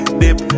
dip